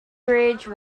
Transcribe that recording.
bridge